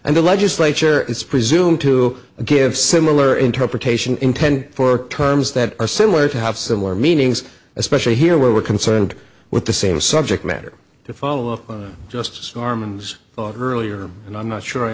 and the legislature is presumed to give similar interpretation intend for terms that are similar to have similar meanings especially here where we're concerned with the same subject matter to follow of just storms earlier and i'm not sure i